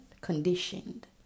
conditioned